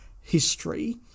history